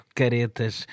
caretas